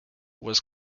was